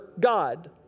God